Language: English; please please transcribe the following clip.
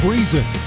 Reason